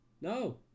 No